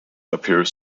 appears